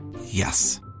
Yes